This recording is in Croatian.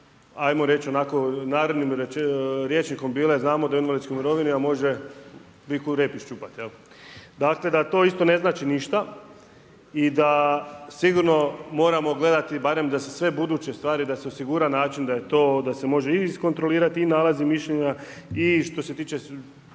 ajmo reći onako narodnim rječnike bile, znamo da je u invalidskoj mirovini a može biku rep iščupati, jel'. Dakle ,da to isto ne znači ništa i da sigurno moramo gledati barem da se sve buduće stvari, da se osigura način da se može i izkontrolirati i nalazi i mišljenja i što se tiče